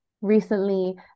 recently